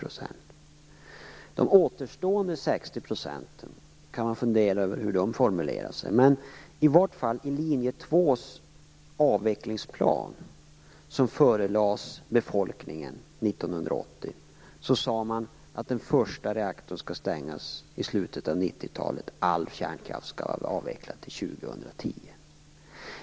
Hur de återstående 60 procenten formulerar sig kan man fundera över. Men i vart fall i den avvecklingsplan för Linje 2 som förelades befolkningen år 1980 sade man att den första reaktorn skall stängas i slutet av 90-talet och att all kärnkraft skall vara avvecklad till år 2010.